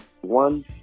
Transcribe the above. one